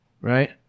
right